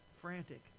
frantic